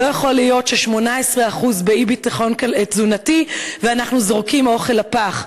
לא יכול להיות ש-18% באי-ביטחון תזונתי ואנחנו זורקים אוכל לפח,